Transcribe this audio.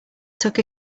took